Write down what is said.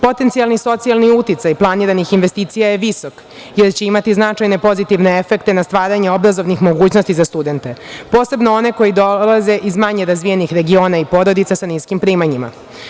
Potencijalni socijalni uticaj planiranih investicija je visok, jer će imati značajne pozitivne efekte na stvaranje obrazovnih mogućnosti za studente, posebno one koji dolaze iz manje razvijenih regiona i porodica sa niskim primanjima.